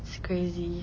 it's crazy